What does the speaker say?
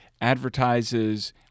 advertises –